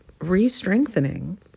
re-strengthening